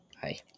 Hi